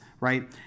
right